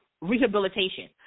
Rehabilitation